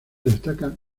destaca